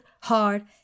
hard